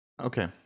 Okay